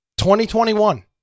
2021